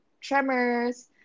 tremors